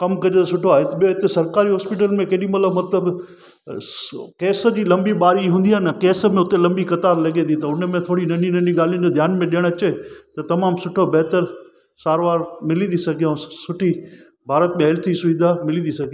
कमु कहिड़ो सुठो आहे हिते सरकारी हॉस्पिटल में केॾीमाल्हि मतिलबु केस जी लंबी बारी हूंदी आहे न केस में हुते लंबी कतार लॻे थी त उन में थोड़ी नंढी नंढी ॻाल्हियुनि जो थोरो ध्यान बि ॾियणु अचे त तमामु सुठो बेहतर सारवार मिली थी सघे ऐं सुठी भारत हैल्थ जी सुविधा मिली थी सघे